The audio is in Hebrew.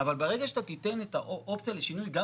אבל ברגע שאתה תיתן את האופציה לשינוי גם